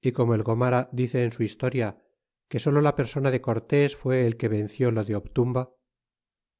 y como el gomara dice en su historia que solo la persona de cortés fué el que venció lo de obtumba